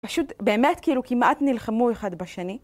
פשוט באמת כאילו כמעט נלחמו אחד בשני